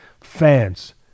fans